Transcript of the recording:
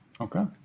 Okay